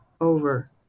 over